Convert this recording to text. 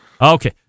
Okay